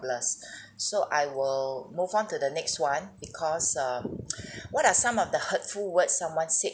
so I will move on to the next one because um what are some of the hurtful words someone said